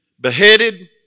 beheaded